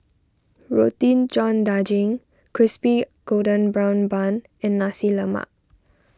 Roti John Daging Crispy Golden Brown Bun and Nasi Lemak